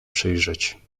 przyjrzeć